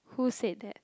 who said that